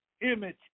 image